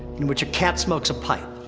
in which a cat smokes a pipe.